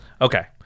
Okay